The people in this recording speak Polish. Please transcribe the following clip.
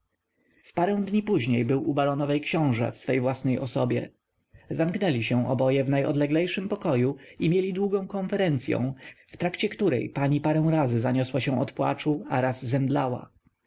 parę dni później był u baronowej książe w swojej własnej osobie zamknęli się oboje w najodleglejszym pokoju i mieli długą konferencyą w trakcie której pani parę razy zaniosła się od płaczu a raz zemdlała